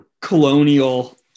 colonial